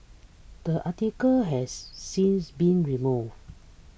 that article has since been removed